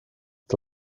het